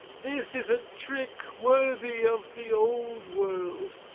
this is a trick worthy of the old world!